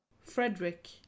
frederick